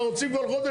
רוצים כל חודש.